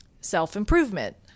self-improvement